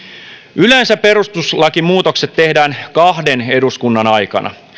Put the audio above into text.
yleensä perustuslakimuutokset tehdään kahden eduskunnan aikana